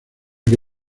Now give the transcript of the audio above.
que